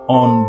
on